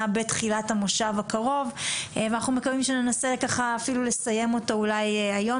בתחילת המושב הקרוב ואנחנו מקווים שננסה ככה אפילו לסיים אותה אולי היום,